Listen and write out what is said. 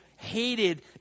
Hated